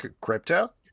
crypto